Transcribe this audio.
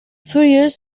furious